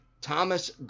Thomas